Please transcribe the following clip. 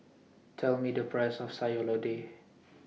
Tell Me The Price of Sayur Lodeh